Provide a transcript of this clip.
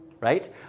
Right